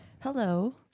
Hello